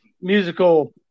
musical